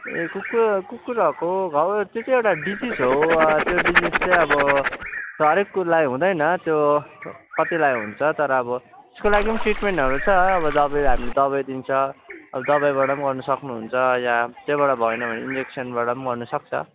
ए कुकु कुकुरहरूको घाउ त्यो चाहिँ एउटा डिजिज हो अब त्यो डिजिज चाहिँ अब हरेकलाई हुँदैन त्यो कतिलाई हुन्छ तर अब त्यसको लागि पनि ट्रिटमेन्टहरू छ अब दबाई हामीले दबाई दिन्छ अब दबाईबाट पनि गर्न सक्नुहुन्छ यहाँ त्योबाट भएन भने इन्जेकसनबाट गर्न सक्छ